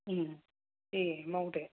उम दे मावदो